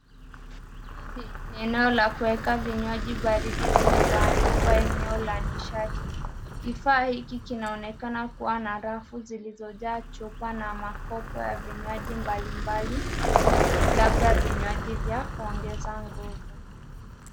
Hii ni eneo la kuweka vinywaji baridi lililoandikwa eneo la nishati. Kifaa hiki kinaonekana kuwa na rafu zilizojaa chupa na makopo ya vinywaji mbalimbali labda vinywaji vya kuongeza nguvu.